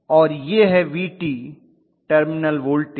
और यह है Vt टर्मिनल वोल्टेज